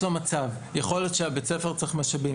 יכול להיות שבית הספר צריך משאבים,